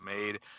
made